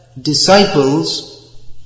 disciples